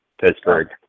Pittsburgh